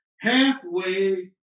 halfway